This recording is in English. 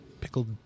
Pickled